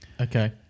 Okay